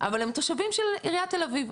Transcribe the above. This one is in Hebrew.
אבל הם תושבים של עירית תל אביב.